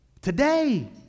today